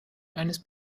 eines